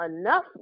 enough